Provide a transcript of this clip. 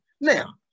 Now